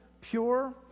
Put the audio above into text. pure